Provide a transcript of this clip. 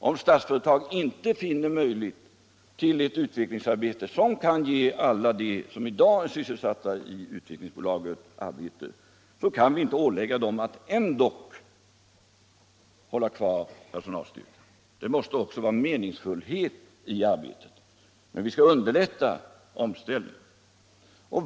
Om Statsföretag inte finner möjlighet till ett utvecklingsarbete som kan ge sysselsättning åt alla dem som i dag är anställda i Utvecklingsaktiebolaget kan vi inte ålägga företaget att ändå hålla kvar personalstyrkan. Det måste också vara meningsfullhet i arbetet. Men vi kan underlätta omställningen.